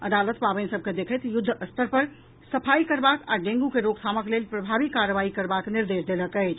अदालत पावनि सभ के देखैत युद्धस्तर पर सफाई करबाक आ डेंगू के रोकथामक लेल प्रभावी कार्रवाई करबाक निर्देश देलक अछि